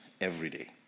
everyday